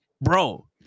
bro